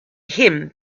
him